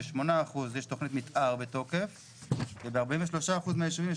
ב-8% יש תכנית מתאר בתוקף וב-43% מהישובים יש